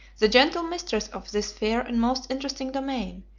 the gentle mistress of this fair and most interesting domain,